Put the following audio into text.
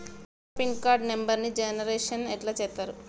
కొత్త pin card నెంబర్ని generation ఎట్లా చేత్తరు?